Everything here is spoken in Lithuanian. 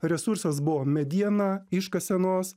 resursas buvo mediena iškasenos